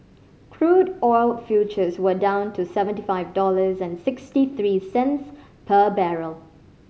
crude oil futures were down to seventy five dollars and sixty three cents per barrel